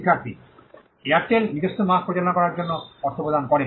শিক্ষার্থী এয়ারটেল নিজস্ব মার্ক পর্যালোচনা করার জন্য অর্থ প্রদান করে